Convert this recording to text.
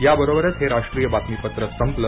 याबरोबरच हे राष्ट्रीय बातमीपत्र संपलं